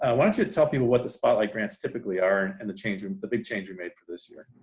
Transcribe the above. ah why don't you tell people what the spotlight grants typically are, and the change of the big change we made for this year.